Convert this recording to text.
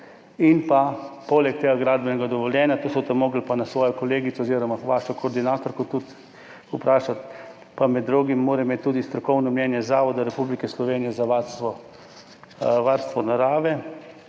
Poleg tega gradbenega dovoljenja, to boste pa morali vprašati svojo kolegico oziroma vašo koordinatorko, pa med drugim morajo imeti tudi strokovno mnenje Zavoda Republike Slovenije za varstvo narave.